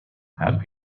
had